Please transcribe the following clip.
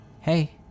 hey